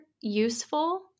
useful